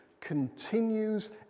continues